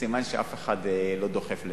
סימן שאף אחד לא דוחף לזה.